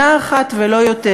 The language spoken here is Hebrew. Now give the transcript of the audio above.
שנה אחת ולא יותר.